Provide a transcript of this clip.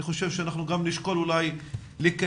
אני חושב שאנחנו גם נשקול אולי לקיים